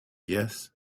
yes